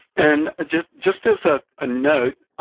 and ah just just as a note,